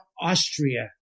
Austria